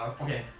okay